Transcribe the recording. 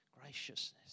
graciousness